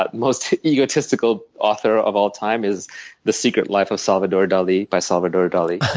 but most egotistical author of all time, is the secret life of salvador dali, by salvador dali.